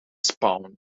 spawned